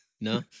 No